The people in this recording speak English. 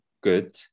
good